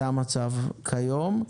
זה המצב כיום,